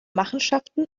machenschaften